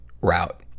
route